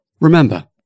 Remember